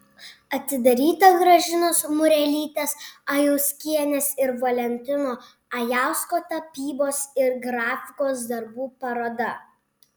atidaryta gražinos murelytės ajauskienės ir valentino ajausko tapybos ir grafikos darbų paroda